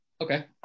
Okay